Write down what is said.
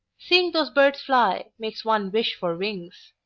seeing those birds fly, makes one wish for wings.